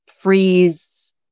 freeze